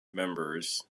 members